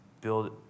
build